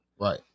Right